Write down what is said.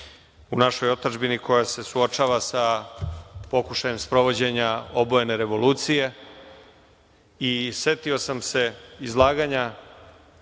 u našoj otadžbini koja se suočava sa pokušajem sprovođenja obojene revolucije, setio sam se izlaganja